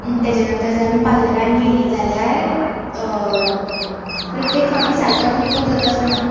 तेच्या नंतर आमी पार्लरान गेली जाल्यार प्रत्येक फाटी सारकोच मेकअप जाता असो ना